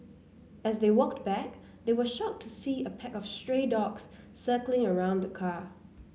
as they walked back they were shocked to see a pack of stray dogs circling around the car